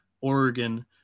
Oregon